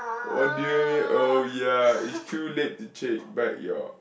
what do you mean oh ya is too late to check back your